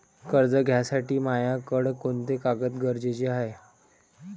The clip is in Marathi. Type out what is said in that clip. कर्ज घ्यासाठी मायाकडं कोंते कागद गरजेचे हाय?